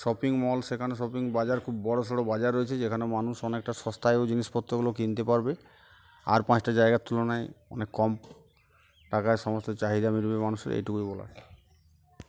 shopping mall সেখানে shopping বাজার খুব বড়ো সড়ো বাজার রয়েছে যেখানে মানুষ অনেকটা সস্তায়ও জিনিসপত্রগুলো কিনতে পারবে আর পাঁচটা জায়গার তুলনায় অনেক কম টাকায় সমস্ত চাহিদা মিলবে মানুষের এইটুকুই বলার